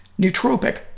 nootropic